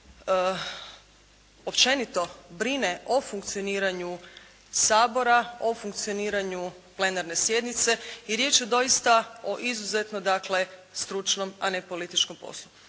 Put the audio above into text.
općenito brine o funkcioniranju Sabora, o funkcioniranju Plenarne sjednice. I riječ je doista o izuzetno, dakle, stručnom a ne političkom poslu.